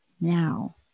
now